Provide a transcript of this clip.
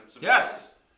Yes